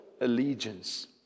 allegiance